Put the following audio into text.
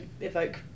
evoke